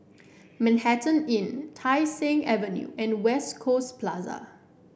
Manhattan Inn Tai Seng Avenue and West Coast Plaza